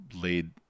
laid